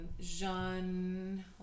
Jean